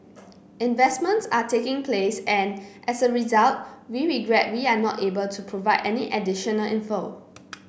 investments are taking place and as a result we regret we are not able to provide any additional info